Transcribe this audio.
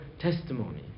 testimony